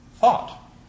thought